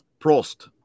Prost